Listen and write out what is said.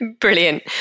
Brilliant